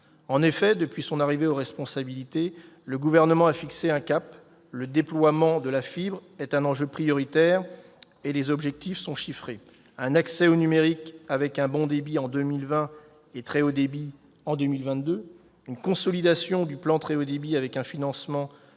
En effet, depuis son arrivée aux responsabilités, le Gouvernement a fixé un cap. Le déploiement de la fibre est un enjeu prioritaire, et les objectifs sont chiffrés : un accès au numérique avec un bon débit en 2020 et très haut débit en 2022 ; une consolidation du plan France très haut débit avec un financement